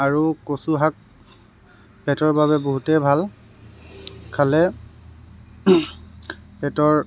আৰু কচুশাক পেটৰ বাবে বহুতেই ভাল খালে পেটৰ